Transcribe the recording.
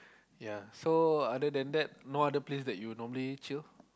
ya so other than that no other place that you normally chill